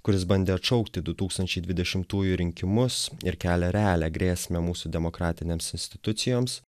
kuris bandė atšaukti du tūkstančiai dvidešimtųjų rinkimus ir kelia realią grėsmę mūsų demokratinėms institucijoms